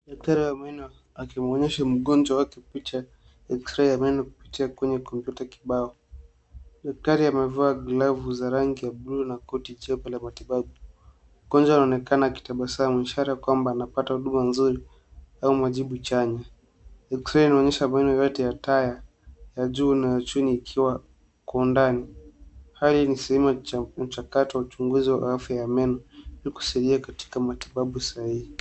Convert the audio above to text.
Daktari wa meno akimwonyesha mgonjwa wake picha ya eksirei ya meno kupitia kwenye kompyuta kibao. Daktari amevaa glavu za rangi ya buluu na koti chepe la matibabu. Mgonjwa anaonaekana akitabasamu ishara ya kwamba anapata huduma nzuri au majibu chanya. Eksirei inaonyesha meno yote ya taya ya juu na ya chini ikiwa kwa undani. Haya ni sehemu ya mchakato wa uchunguzi wa afya ya meno iliyosalia katika matibabu ya meno saa hii.